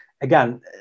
again